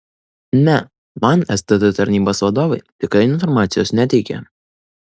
ne man stt tarnybos vadovai tikrai informacijos neteikė